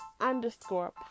underscore